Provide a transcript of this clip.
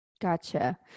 Gotcha